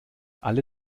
alle